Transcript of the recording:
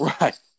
right